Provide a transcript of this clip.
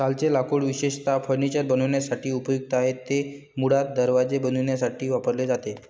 सालचे लाकूड विशेषतः फर्निचर बनवण्यासाठी उपयुक्त आहे, ते मुळात दरवाजे बनवण्यासाठी वापरले जाते